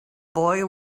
boy